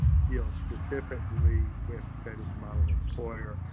deal specifically with state as a model employer,